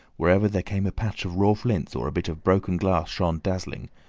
wherever there came a patch of raw flints, or a bit of broken glass shone dazzling,